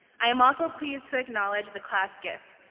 i am also pleased to acknowledge the class gift.